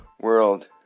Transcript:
World